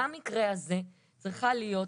במקרה הזה צריכה להיות,